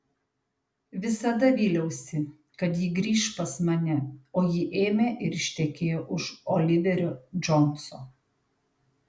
visada vyliausi kad ji grįš pas mane o ji ėmė ir ištekėjo už oliverio džonso